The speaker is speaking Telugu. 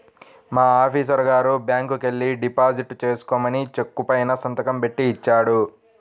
మా ఆఫీసరు గారు బ్యాంకుకెల్లి డిపాజిట్ చేసుకోమని చెక్కు పైన సంతకం బెట్టి ఇచ్చాడు